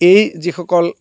এই যিসকল